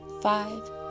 five